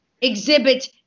exhibit